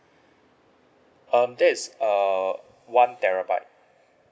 um that's err one terabyte